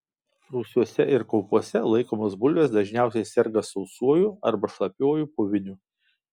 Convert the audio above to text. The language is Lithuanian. rūsiuose ir kaupuose laikomos bulvės dažniausiai serga sausuoju arba šlapiuoju puviniu